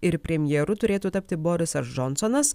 ir premjeru turėtų tapti borisas džonsonas